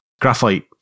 Graphite